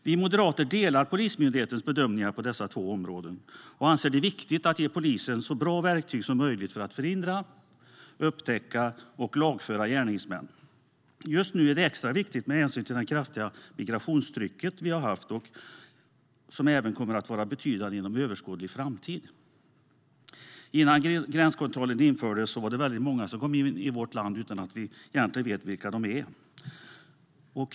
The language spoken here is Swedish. Vi moderater delar Polismyndighetens bedömningar på dessa två områden och anser det viktigt att ge polisen så bra verktyg som möjligt för att förhindra och upptäckta brott och att lagföra gärningsmän. Just nu är det extra viktigt med hänsyn till det kraftiga migrationstrycket som vi har haft och som även kommer att vara betydande inom överskådlig framtid. Innan gränskontrollen infördes var det väldigt många som kom in i vårt land utan att vi egentligen visste vilka de var.